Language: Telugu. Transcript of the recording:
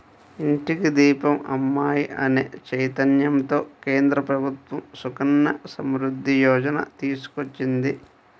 ఇంటికి దీపం అమ్మాయి అనే చైతన్యంతో కేంద్ర ప్రభుత్వం సుకన్య సమృద్ధి యోజన తీసుకొచ్చింది